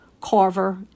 Carver